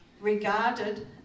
regarded